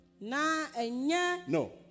No